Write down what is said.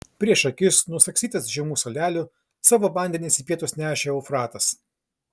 prieš akis nusagstytas žemų salelių savo vandenis į pietus nešė eufratas